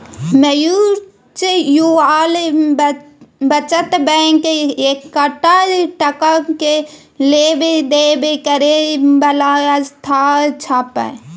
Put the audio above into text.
mutual बचत bank एकटा टका के लेब देब करे बला संस्था छिये